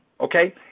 okay